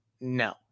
No